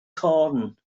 corn